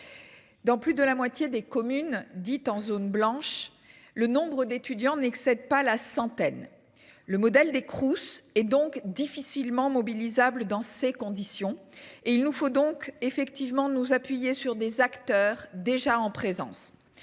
Dans plus de la moitié des communes dites en zone blanche, le nombre d'étudiants n'excède pas la centaine. Le modèle des Crous et donc difficilement mobilisables dans ces conditions et il nous faut donc effectivement nous appuyer sur des acteurs déjà en présence,